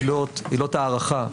עילות ההארכה,